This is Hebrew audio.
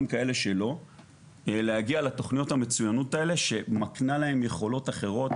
לאלה שלא להגיע לתוכניות המצויינות האלה שמקנה להם יכולות אחרות